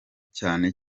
cyane